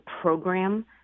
program